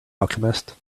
alchemist